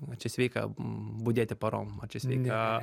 ar čia sveika budėti parom ar čia sveika